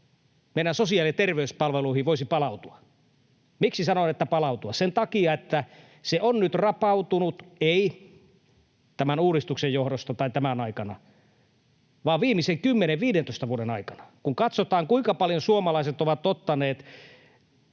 meidän sosiaali- ja terveyspalveluihin voisi palautua. Miksi sanoin, että palautua? Sen takia, että se on nyt rapautunut, ei tämän uudistuksen johdosta tai tämän aikana, vaan viimeisten 10—15 vuoden aikana. Kun katsotaan, kuinka paljon suomalaiset ovat ottaneet